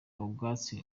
ubwatsi